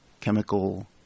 chemical